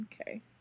okay